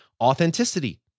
authenticity